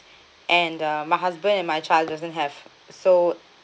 and uh my husband and my child doesn't have so